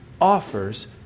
offers